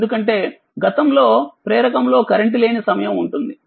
ఎందుకంటే గతంలో ప్రేరకం లో కరెంట్ లేని సమయం ఉంటుంది